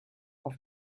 auf